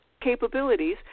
capabilities